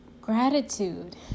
gratitude